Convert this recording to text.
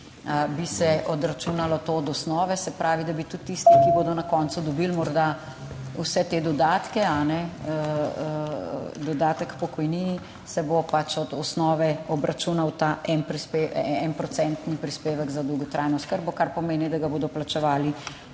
bi se odračunalo to od osnove, se pravi, da bi tudi tisti, ki bodo na koncu dobili morda vse te dodatke, dodatek k pokojnini, se bo pač od osnove obračunal ta enoprocentni prispevek za dolgotrajno oskrbo, kar pomeni, da ga bodo plačevali